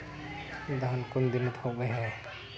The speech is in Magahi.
धान कुन दिनोत उगैहे